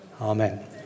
Amen